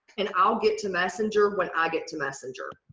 and i'll get to messenger when i get to messenger.